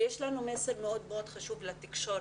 ויש לנו מסר מאוד מאוד חשוב לתקשורת,